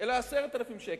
אלא 10,000 שקלים,